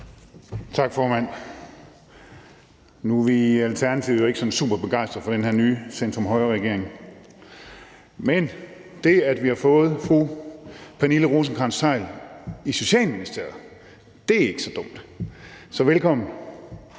Tak, formand. Nu er vi i Alternativet ikke sådan superbegejstret for den her nye centrum-højre-regering. Men det, at vi har fået fru Pernille Rosenkrantz-Theil som minister i Socialministeriet, er ikke så dumt – så velkommen.